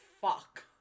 fuck